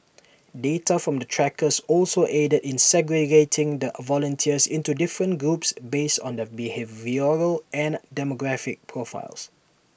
data from the trackers also aided in segregating the volunteers into different groups based on their behavioural and demographic profiles